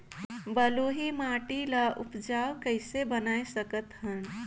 बलुही माटी ल उपजाऊ कइसे बनाय सकत हन?